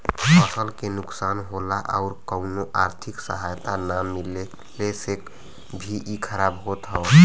फसल के नुकसान होला आउर कउनो आर्थिक सहायता ना मिलले से भी इ खराब होत हौ